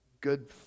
good